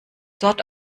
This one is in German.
dort